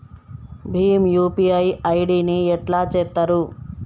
Bhim UPI ID ని ఎట్లా చేత్తరు?